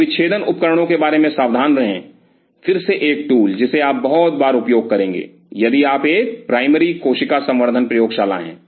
तो विच्छेदन उपकरणों के बारे में सावधान रहें फिर से एक टूल जिसे आप बहुत बार उपयोग करेंगे यदि आप एक प्राइमरी कोशिका संवर्धन प्रयोगशाला हैं